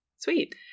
Sweet